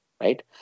right